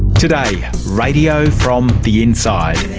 today, radio from the inside.